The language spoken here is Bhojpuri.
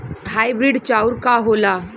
हाइब्रिड चाउर का होला?